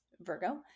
Virgo